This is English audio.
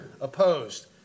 opposed